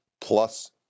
plus